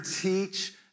teach